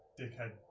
dickhead